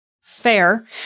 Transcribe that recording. fair